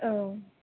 औ